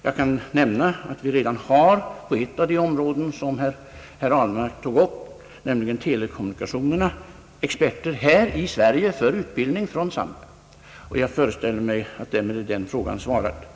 Jag kan nämna att vi på ett av de områden som herr Ahlmark berörde, nämligen telekommunikationerna, redan har experter från Zambia här i Sverige för utbildning. Jag föreställer mig att den frågan därmed är besvarad.